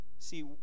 See